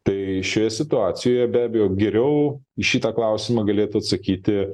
tai šioje situacijoje be abejo geriau į šitą klausimą galėtų atsakyti